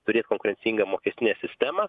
turėt konkurencingą mokestinę sistemą